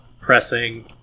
pressing